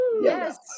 Yes